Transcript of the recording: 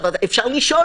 אפשר לשאול,